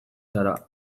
zara